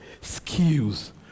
skills